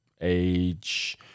age